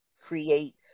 create